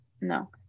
no